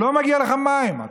לא מגיע לך מים.